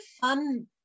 fun